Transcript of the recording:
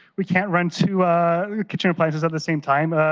we can't run two two appliances at the same time.